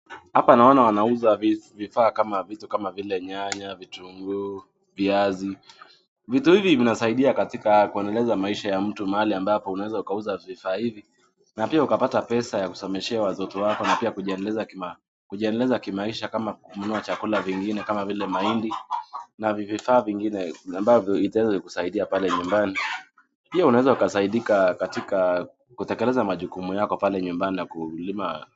Hapa naona wanauza vitu kama vile nyanya, vitunguu, viazi, vitu hizi vinasaidiakatika kuendeleza maisha ya mtu ambapo unaeza ukauza vifaa hivi na pia ukapata pesa na kujiendeleza kimaisha na kununua chakula zingine kama mahindi, na vifaa zingine ambazo zinaeza kusaidiapale nyumbani, pia unaeza kusaidika kutekeleza majukumu yako pale nyumbani na kulima.